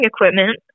equipment